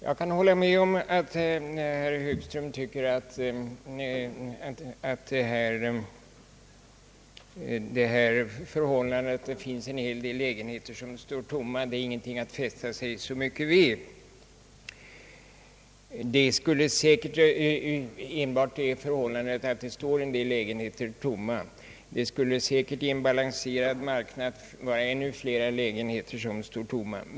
Jag kan hålla med herr Högström om att det förhållandet att en del lägenheter står tomma i och för sig inte är någonting så allvarligt att fästa sig vid. I en balanserad marknad skulle säkert ännu fler lägenheter stå tomma.